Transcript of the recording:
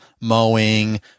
mowing